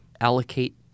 allocate